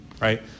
right